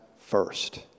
first